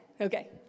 Okay